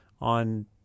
on